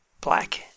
black